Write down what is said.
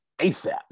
ASAP